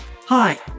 Hi